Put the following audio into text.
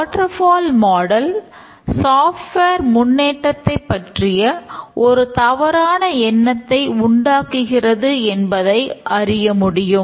water fall model முன்னேற்றத்தை பற்றிய ஒரு தவறான எண்ணத்தை உண்டாக்குகிறது என்பதை அறிய முடியும்